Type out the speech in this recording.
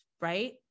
right